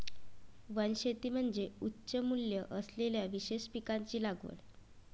वनशेती म्हणजे उच्च मूल्य असलेल्या विशेष पिकांची लागवड